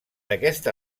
aquesta